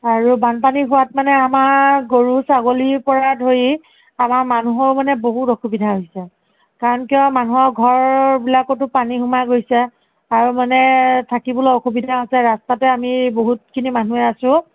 আৰু বানপানী হোৱাত মানে আমাৰ গৰু ছাগলীৰ পৰা ধৰি আমাৰ মানুহৰ মানে বহুত অসুবিধা হৈছে কাৰণ কিয় মানুহৰ ঘৰবিলাকতো পানী সোমাই গৈছে আৰু মানে থাকিবলৈ অসুবিধা হৈছে ৰাস্তাতে আমি বহুতখিনি মানুহে আছোঁ